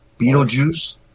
Beetlejuice